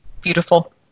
beautiful